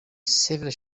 several